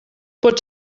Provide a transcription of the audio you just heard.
pot